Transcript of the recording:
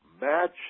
Match